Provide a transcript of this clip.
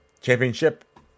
Championship